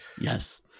Yes